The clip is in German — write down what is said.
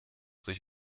sich